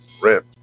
rent